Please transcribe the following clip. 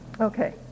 Okay